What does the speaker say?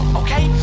okay